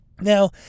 now